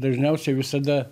dažniausiai visada